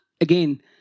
again